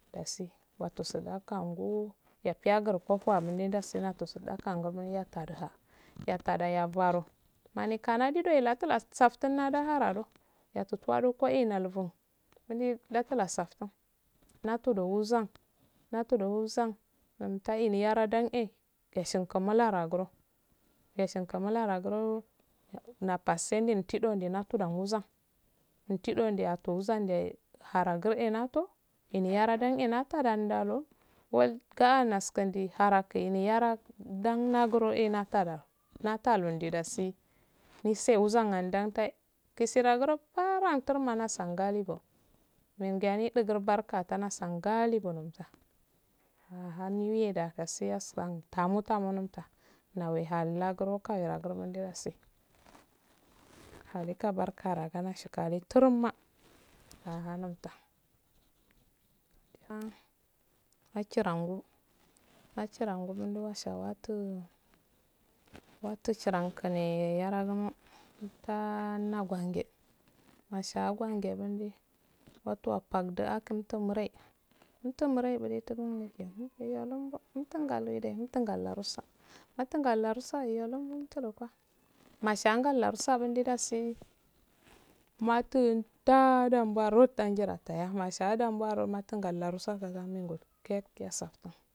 Dasi wato sada kangu yaiyaguru kopo angun en nasi nato sudakangun ga mul yatadha yatada yabaro mani kanadi doye natu nasaftin nadaharado yatutuwado ko enauum wande natuwaftin natdo wuzan natodo wuzan ntaini yaradan eshingi mula ragon eshingi molara guro napasen din tidode natuda wuzan indnde ato wuzande haran gure nato enyara gre nata dan nalo wal ga naskondi hara ko nara dan nagro natada natalonde dasi nuse wuzan nan gan tai giseda wuro aran turan waunasan gachiqo menga nidigur o barka tana sangali bonamsa a hannu weda kasewe da kaseya yasta tam tamo numtu nae hau laguro kawera gurnomora se haleka barka akana shkale turuma aha numta achirangu achirangu gundo washa watu shirangune yarasume mta na gwange masha gwange bandi waktuwa pak di aktu nure untum nire mire iyo lumbo umtun gallore umtun gal lorusa umtum gal lorusaye iyo lomgum tuhumkwa mashiyangal lousa bundi dasi matun ta dambuwa road tangira ya masha dambwa road matungal lamsa yaki yasaftin